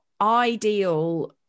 ideal